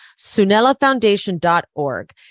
sunellafoundation.org